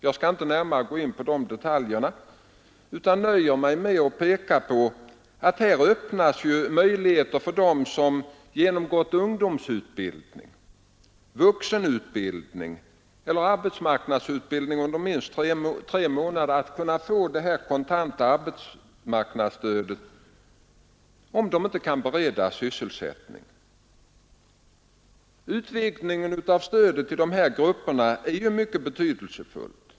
Jag skall inte närmare gå in på detaljer, utan nöjer mig med att peka på att här öppnas möjlighet för dem som genomgått ungdomsutbildning, vuxenutbildning eller arbetsmarknadsutbildning i tre månader att kunna få det kontanta arbetsmarknadsstödet om de inte kan beredas sysselsättning. Utvidgningen av stödet till dessa grupper är ju mycket betydelsefull.